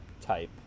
type